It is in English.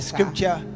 Scripture